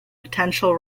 potential